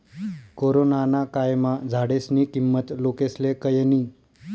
corona ना कायमा झाडेस्नी किंमत लोकेस्ले कयनी